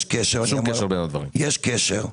יש קשר,